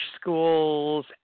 schools